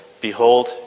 Behold